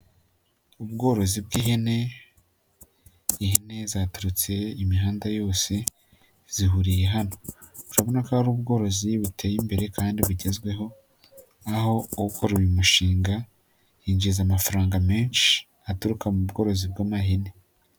Ubworozi bw'ihene, ihene zaturutse imihanda yose zihuriye hano urabona ko ari ubworozi buteye imbere kandi bugezweho aho ukora uyu mushinga yinjiza amafaranga menshi aturuka mu bworozi bw'amahene.